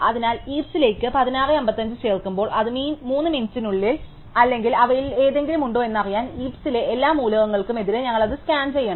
അതിനാൽ ഹീപ്സിലേക് 1655 ചേർക്കുമ്പോൾ അത് 3 മിനിറ്റിനുള്ളിൽ അല്ലെങ്കിൽ അവയിലേതെങ്കിലും ഉണ്ടോ എന്നറിയാൻ ഹീപ്സിലെ എല്ലാ മൂലകങ്ങൾക്കും എതിരെ ഞങ്ങൾ അത് സ്കാൻ ചെയ്യണം